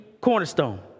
cornerstone